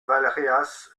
valréas